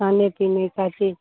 खाने पीने का के